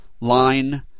line